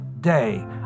day